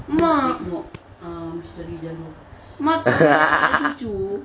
baik tengok misteri janggut